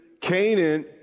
Canaan